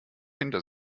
hinter